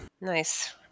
Nice